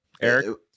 Eric